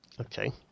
Okay